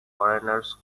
foreigners